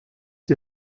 die